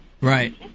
right